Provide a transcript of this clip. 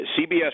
CBS